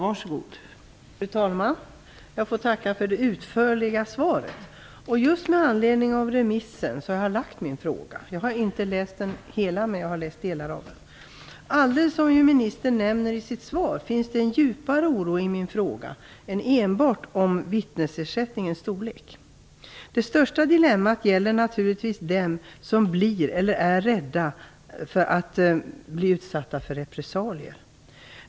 Fru talman! Jag får tacka för det utförliga svaret. Det är just med anledning av remissen som jag ställt min fråga. Jag har inte läst hela promemorian men delar av den. Precis som ministern nämner i sitt svar ligger det en djupare oro bakom min fråga än enbart det som gäller vittnesersättningens storlek. Det största dilemmat gäller naturligtvis dem som är rädda för att bli utsatta för repressalier.